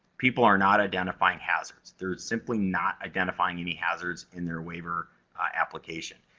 people are not identifying hazards. they're simply not identifying any hazards in their waiver application,